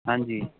ਹਾਂਜੀ